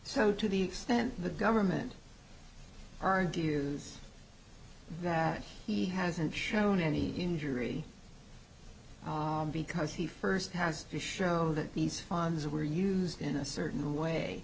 so to the extent the government are dues that he hasn't shown any injury because he first has to show that these funds were used in a certain way